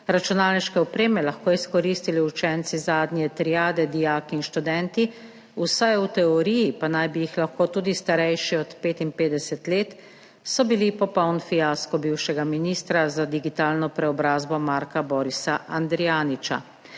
računalniške opreme lahko izkoristili učenci zadnje triade, dijaki in študenti, vsaj v teoriji pa naj bi jih lahko tudi starejši od 55 let, so bili popoln fiasko bivšega ministra za digitalno preobrazbo Marka Borisa Andrijaniča.